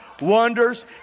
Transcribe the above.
wonders